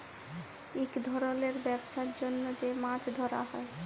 ইক ধরলের ব্যবসার জ্যনহ যে মাছ ধ্যরা হ্যয়